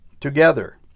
together